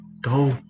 Go